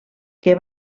que